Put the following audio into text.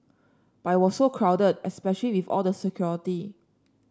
but it was so crowded especially with all the security